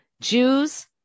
Jews